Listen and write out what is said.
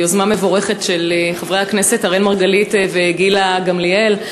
יוזמה מבורכת של חברי הכנסת אראל מרגלית וגילה גמליאל.